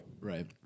Right